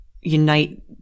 unite